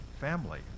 family